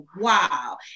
wow